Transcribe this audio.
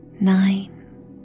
nine